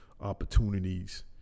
opportunities